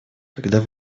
когда